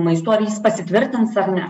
maistu ar jis pasitvirtins ar ne